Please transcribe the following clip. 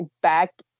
back